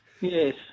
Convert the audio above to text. Yes